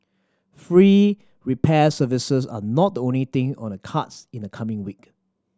free repair services are not the only thing on the cards in the coming week